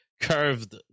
curved